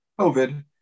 covid